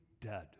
dead